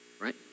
right